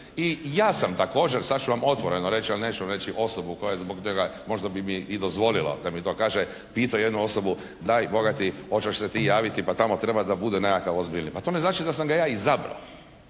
I ja sam također sad ću vam otvoreno reći ali neću reći osobu koja je zbog toga, možda bi mi i dozvolila da mi to kaže, pitao jednu osobu daj Boga ti hoćeš se ti javiti, pa tamo treba da bude ozbiljniji. Pa to ne znači da sam ga ja izabrao.